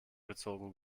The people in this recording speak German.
gezogen